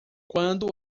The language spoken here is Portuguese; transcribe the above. quando